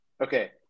Okay